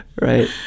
right